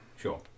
Sure